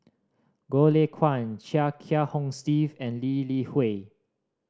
Goh Lay Kuan Chia Kiah Hong Steve and Lee Li Hui